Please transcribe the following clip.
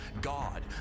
God